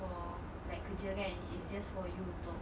for like kerja kan is just for you untuk